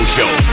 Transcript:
Show